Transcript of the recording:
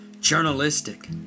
journalistic